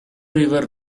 river